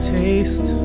taste